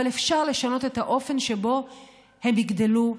אבל אפשר לשנות את האופן שבו הם יגדלו,